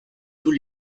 tous